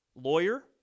lawyer